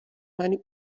meine